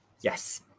yes